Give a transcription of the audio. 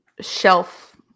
shelf